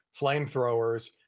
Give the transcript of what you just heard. flamethrowers